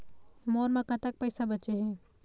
मोर म कतक पैसा बचे हे?